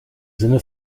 sinne